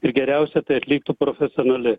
ir geriausia tai atliktų profesionali